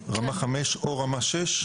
רמה (5) או רמה (6)?